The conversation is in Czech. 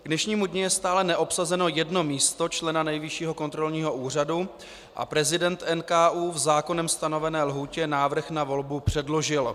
K dnešnímu dni je stále neobsazeno jedno místo člena Nejvyššího kontrolního úřadu a prezident NKÚ v zákonem stanovené lhůtě návrh na volbu předložil.